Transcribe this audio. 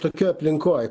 tokioj aplinkoj kur